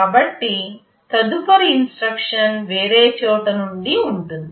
కాబట్టి తదుపరి ఇన్స్ట్రక్షన్ వేరే చోట నుండి ఉంటుంది